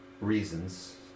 reasons